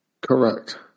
Correct